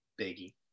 biggie